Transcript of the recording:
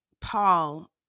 Paul